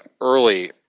early